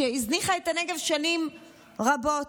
שהזניחה את הנגב שנים רבות.